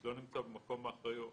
לא נמצא במקום האחראי או